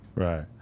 Right